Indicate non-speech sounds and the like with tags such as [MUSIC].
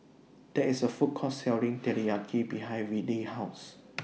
There IS A Food Court Selling Teriyaki behind Wiley's House [NOISE]